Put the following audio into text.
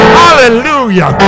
hallelujah